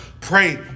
pray